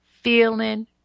Feeling